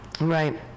right